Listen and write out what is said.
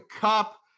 Cup